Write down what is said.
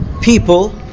people